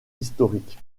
historique